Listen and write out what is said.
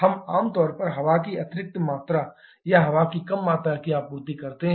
हम आम तौर पर हवा की अतिरिक्त मात्रा या हवा की कम मात्रा की आपूर्ति करते हैं